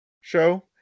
show